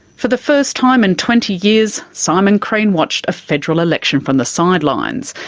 for the first time in twenty years simon crean watched a federal election from the sidelines.